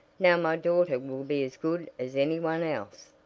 now my daughter will be as good as any one else.